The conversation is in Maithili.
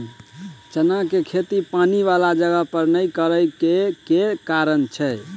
चना केँ खेती पानि वला जगह पर नै करऽ केँ के कारण छै?